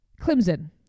Clemson